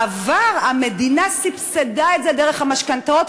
בעבר המדינה סבסדה את זה דרך המשכנתאות,